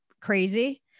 crazy